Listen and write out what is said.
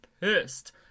pissed